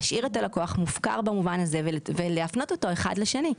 להשאיר את הלקוח מופקר במובן הזה ולהפנות אותו מאחד לשני.